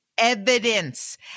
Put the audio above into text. Evidence